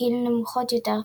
גיל נמוכות יותר,